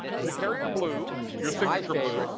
zakarian blue. your signature blue.